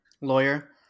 lawyer